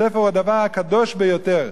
ספר הוא הדבר הקדוש ביותר.